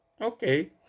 Okay